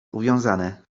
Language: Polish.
uwiązane